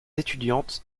étudiantes